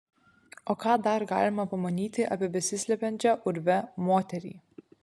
o ką dar galima pamanyti apie besislepiančią urve moterį